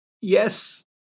Yes